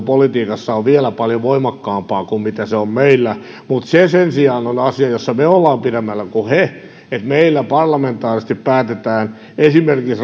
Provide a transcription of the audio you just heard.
politiikassa on vielä paljon voimakkaampaa kuin se on meillä mutta se sen sijaan on asia jossa me olemme pidemmällä kuin he että meillä parlamentaarisesti päätetään esimerkiksi